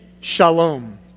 shalom